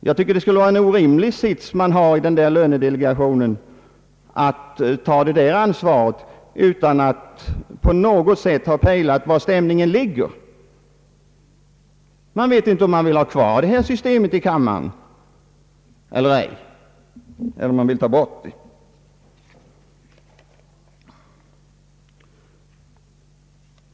Jag tycker det skulle vara en orimlig situation för denna lönedelegation att behöva ta ansvar utan att ens ha pejlat stämningen. Delegationen vet inte om riksdagen vill ha kvar detta system eller ej.